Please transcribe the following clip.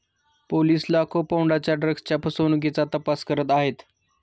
police लाखो पौंडांच्या ड्रग्जच्या फसवणुकीचा तपास करत आहेत